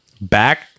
Back